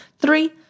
three